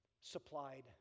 supplied